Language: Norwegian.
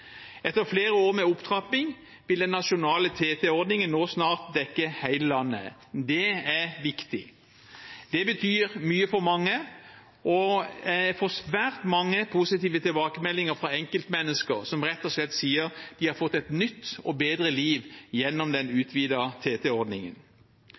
Etter flere år med opptrapping vil den nasjonale TT-ordningen nå snart dekke hele landet. Det er viktig. Det betyr mye for mange, og jeg får svært mange positive tilbakemeldinger fra enkeltmennesker som rett og slett sier at de har fått et nytt og bedre liv gjennom den